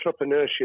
entrepreneurship